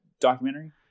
documentary